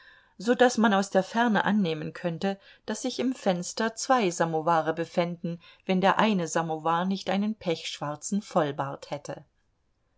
so daß man aus der ferne annehmen könnte daß sich im fenster zwei samoware befänden wenn der eine samowar nicht einen pechschwarzen vollbart hätte